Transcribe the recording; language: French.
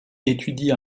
étudie